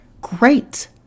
great